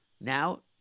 Now